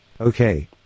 Okay